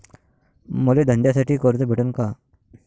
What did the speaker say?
मले धंद्यासाठी कर्ज भेटन का?